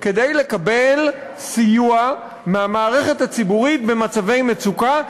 כדי לקבל סיוע מהמערכת הציבורית במצבי מצוקה,